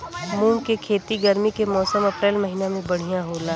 मुंग के खेती गर्मी के मौसम अप्रैल महीना में बढ़ियां होला?